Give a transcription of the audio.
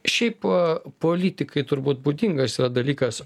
šiaip politikai turbūt būdingas dalykas